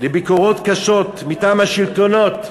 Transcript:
קשות מטעם השלטונות.